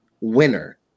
winner